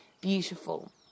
beautiful